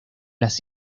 las